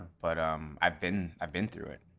but um i've been i've been through it,